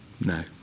No